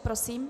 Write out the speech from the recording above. Prosím.